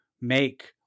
make